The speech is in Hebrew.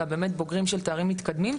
אלא באמת בוגרים של תארים מתקדמים,